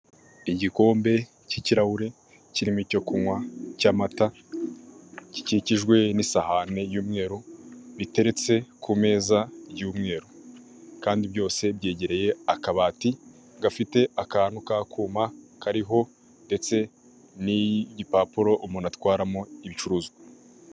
Igikombe cy'ikirahure kirimo icyo kunywa cy'amata gikikijwe n'isahani y'umweru biteretse ku meza y'umweru kandi byose byegereye akabati gafite akantu k'akuma kariho ndetse n'igipapuro umuntu atwaramo ibicuruzwa.